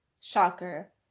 shocker